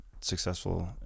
successful